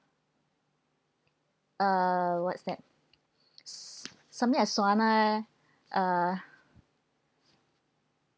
uh what's that s~ something like sauna uh